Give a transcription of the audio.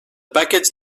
package